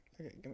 Okay